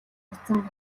татсан